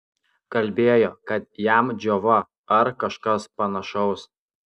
kalbėjo kad jam džiova ar kažkas panašaus